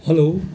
hello